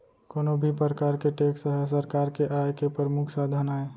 कोनो भी परकार के टेक्स ह सरकार के आय के परमुख साधन आय